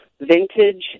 vintage